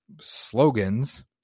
slogans